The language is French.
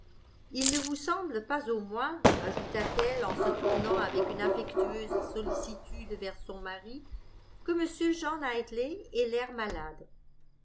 il ne vous semble pas au moins ajouta-t-elle en se tournant avec une affectueuse sollicitude vers son mari que m jean knightley ait l'air malade